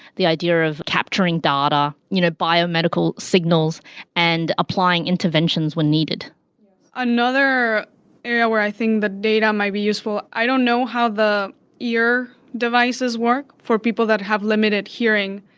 the idea of capturing data, you know bio medical signals and applying interventions when needed another area where i think that data might be useful, i don't know how the ear devices work for people that have limited hearing,